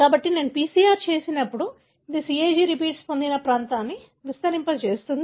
కాబట్టి నేను PCR చేసినప్పుడు ఇది CAG రిపీట్స్ పొందిన ప్రాంతాన్ని విస్తరింపజేస్తుంది